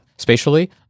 Spatially